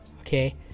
okay